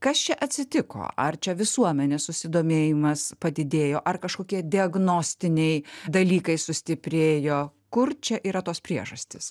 kas čia atsitiko ar čia visuomenės susidomėjimas padidėjo ar kažkokie diagnostiniai dalykai sustiprėjo kur čia yra tos priežastys